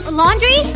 laundry